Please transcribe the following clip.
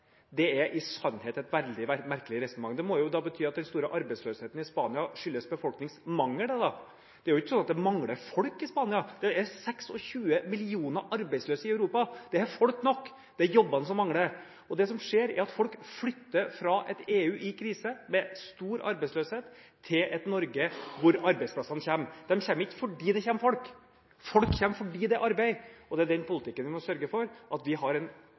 er i sannhet et veldig merkelig resonnement. Det må jo da bety at den store arbeidsløsheten i Spania skyldes befolkningsmangel. Det er ikke sånn at det mangler folk i Spania. Det er 26 millioner arbeidsløse i Europa. Det er folk nok, det er jobbene som mangler. Det som skjer, er at folk flytter fra et EU i krise, med stor arbeidsløshet, til et Norge hvor arbeidsplassene kommer. De kommer ikke fordi det kommer folk, folk kommer fordi det er arbeid. Det er den politikken vi må sørge for: at vi har en